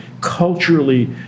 culturally